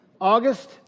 August